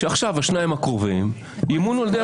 אנחנו מדברים על כך שהשניים הקרובים עכשיו ימונו על ידי הקואליציה.